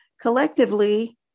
Collectively